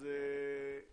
אז בבקשה.